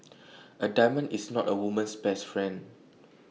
A diamond is not A woman's best friend